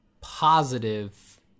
positive